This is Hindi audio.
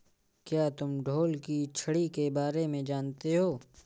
क्या तुम ढोल की छड़ी के बारे में जानते हो?